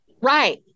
Right